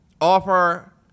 offer